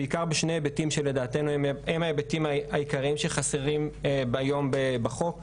בעיקר בשני היבטים שלדעתנו הם ההיבטים העיקריים שחסרים היום בחוק,